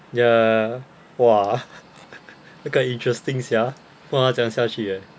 ya !wah! 那个 interesting sia 不懂他怎么样下去的